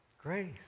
Grace